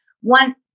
one